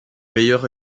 meilleur